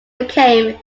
became